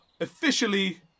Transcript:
officially